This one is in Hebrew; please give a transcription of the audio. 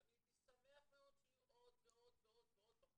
ואני הייתי שמח מאוד שיהיו עוד ועוד ועוד בפוליסה.